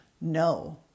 No